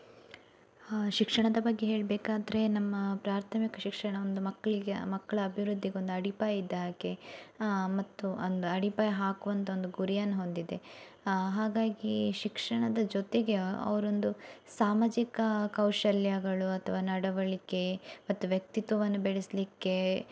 ಶಿಕ್ಷಣದ ಬಗ್ಗೆ ಹೇಳಬೇಕಾದ್ರೆ ನಮ್ಮ ಪ್ರಾಥಮಿಕ ಶಿಕ್ಷಣ ಒಂದು ಮಕ್ಕಳಿಗೆ ಮಕ್ಕಳ ಅಭಿವೃದ್ದಿಗೊಂದು ಅಡಿಪಾಯ ಇದ್ದ ಹಾಗೆ ಮತ್ತು ಅಂದು ಅಡಿಪಾಯ ಹಾಕುವಂಥ ಒಂದು ಗುರಿಯನ್ನು ಹೊಂದಿದೆ ಹಾಗಾಗಿ ಶಿಕ್ಷಣದ ಜೊತೆಗೆ ಅವ್ರ ಒಂದು ಸಾಮಾಜಿಕ ಕೌಶಲ್ಯಗಳು ಅಥವಾ ನಡವಳಿಕೆ ಮತ್ತು ವ್ಯಕ್ತಿತ್ವವನ್ನು ಬೆಳೆಸಲಿಕ್ಕೆ